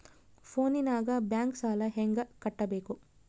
ಫೋನಿನಾಗ ಬ್ಯಾಂಕ್ ಸಾಲ ಹೆಂಗ ಕಟ್ಟಬೇಕು?